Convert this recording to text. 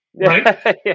Right